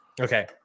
Okay